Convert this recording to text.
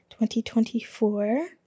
2024